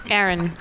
Aaron